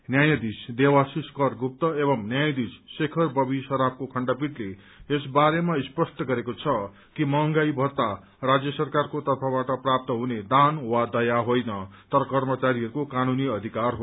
न्यायाधीश देवाशीष कर गुप्त एवं न्यायाधीश शेखर बबी सराफको खण्डपीठले यस बारेमा स्पष्ट गरेको छ कि महंगाई भत्ता राज्य सरकारको तर्फबाट प्राप्त हुने दान वा दया होइन तर कर्मचारीहरूको कानूनी अधिकार हो